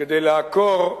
כדי לעקור,